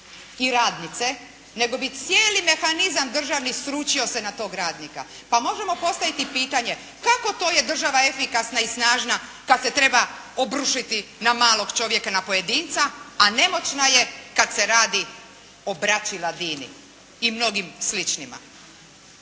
i radnice nego bi cijeli mehanizam državni obrušio se na toga radnika. Pa možemo postaviti pitanje kako to je država efikasna i snažna kada se treba obrušiti na malog čovjeka, na pojedinca, a nemoćna je kada se radi o braći Ladini i mnogim sličnima.